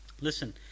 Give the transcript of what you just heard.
Listen